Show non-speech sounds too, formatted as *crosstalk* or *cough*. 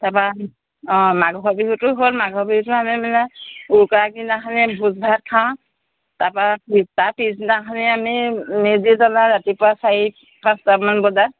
তাৰপৰা অঁ মাঘৰ বিহুতো হয় মাঘৰ বিহুতো *unintelligible* উৰুকাৰ আগদিনাখনেই ভোজ ভাত খাওঁ তাৰপৰা তাৰ পিছদিনাখনেই আমি মেজি জ্বলাওঁ ৰাতিপুৱা চাৰি পাঁচটামান বজাত